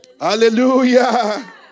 Hallelujah